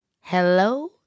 Hello